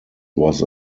was